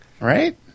Right